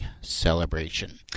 celebration